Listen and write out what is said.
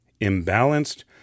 imbalanced